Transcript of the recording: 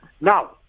now